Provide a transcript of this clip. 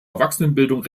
erwachsenenbildung